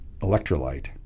electrolyte